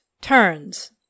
turns